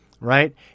right